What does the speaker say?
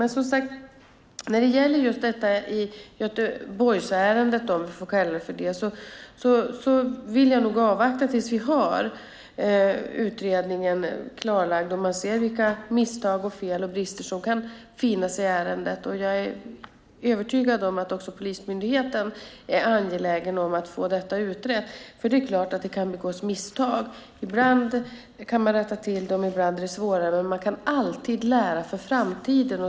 Men som sagt: När det gäller just detta i Göteborgsärendet, om jag får kalla det för det, så vill jag nog avvakta tills vi har utredningen klarlagd och man ser vilka misstag, fel och brister som kan finnas i ärendet. Jag är övertygad om att också polismyndigheten är angelägen om att få detta utrett, för det är klart att det kan begås misstag. Ibland kan man rätta till dem, ibland är det svårare, men man kan alltid lära för framtiden.